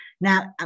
Now